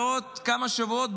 בעוד כמה שבועות,